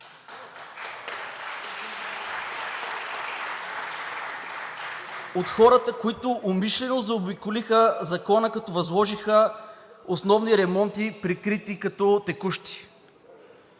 От хората, които умишлено заобиколиха Закона, като възложиха основни ремонти, прикрити като текущи,